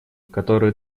которую